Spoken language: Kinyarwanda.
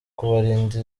kubarinda